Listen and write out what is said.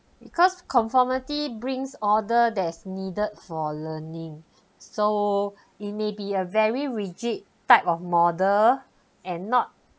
because conformity brings order that is needed for learning so it may be a very rigid type of model and not